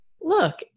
look